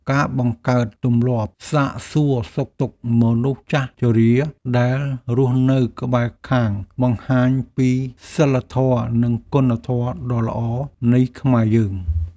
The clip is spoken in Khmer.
ការបង្កើតទម្លាប់សាកសួរសុខទុក្ខមនុស្សចាស់ជរាដែលរស់នៅក្បែរខាងបង្ហាញពីសីលធម៌និងគុណធម៌ដ៏ល្អនៃខ្មែរយើង។